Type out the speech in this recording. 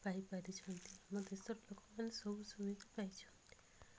ପାଇ ପାରିଛନ୍ତି ଆମ ଦେଶର ଲୋକମାନେ ସବୁ ସୁବିଧା ପାଇଛନ୍ତି